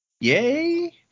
yay